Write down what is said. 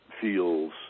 feels